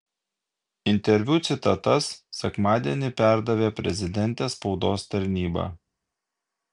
interviu citatas sekmadienį perdavė prezidentės spaudos tarnyba